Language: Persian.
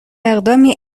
اقدامی